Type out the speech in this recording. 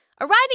arriving